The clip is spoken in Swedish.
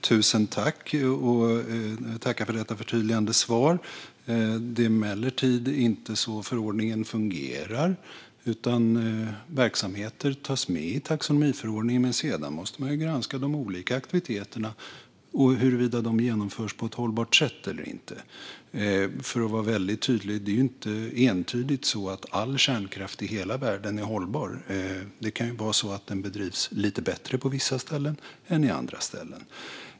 Fru talman! Jag tackar för detta förtydligande svar. Det är emellertid inte så förordningen fungerar. Verksamheter tas med i taxonomiförordningen, men sedan måste man granska de olika aktiviteterna och huruvida de genomförs på ett hållbart sätt eller inte. För att vara väldigt tydlig: Det är ju inte entydigt så att all kärnkraft i hela världen är hållbar. Det kan vara så att den bedrivs lite bättre på vissa ställen än på andra ställen.